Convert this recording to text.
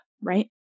right